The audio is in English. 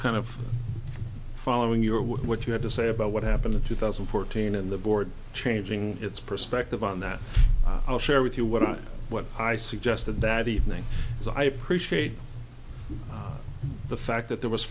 kind of following your with what you have to say about what happened in two thousand and fourteen in the board changing its perspective on that i'll share with you what i what i suggested that evening as i appreciate the fact that there was